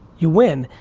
you win.